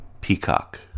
Peacock